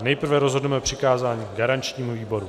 Nejprve rozhodneme o přikázání garančnímu výboru.